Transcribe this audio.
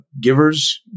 givers